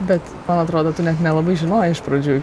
bet man atrodo tu net nelabai žinojai iš pradžių